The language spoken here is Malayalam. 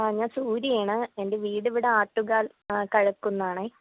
ആ ഞാൻ സൂര്യ ആണ് എൻ്റെ വീടിവിടെ ആറ്റുകാൽ കഴക്കുന്നാണെ